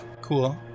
Cool